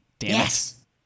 Yes